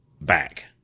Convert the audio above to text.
back